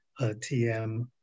TM